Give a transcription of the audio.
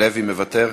מוותר,